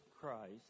Christ